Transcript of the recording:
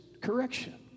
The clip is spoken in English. correction